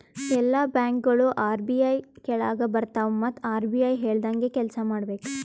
ಎಲ್ಲಾ ಬ್ಯಾಂಕ್ಗೋಳು ಆರ್.ಬಿ.ಐ ಕೆಳಾಗೆ ಬರ್ತವ್ ಮತ್ ಆರ್.ಬಿ.ಐ ಹೇಳ್ದಂಗೆ ಕೆಲ್ಸಾ ಮಾಡ್ಬೇಕ್